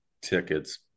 tickets